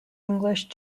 english